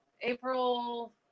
April